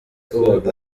ubu